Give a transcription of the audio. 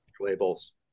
labels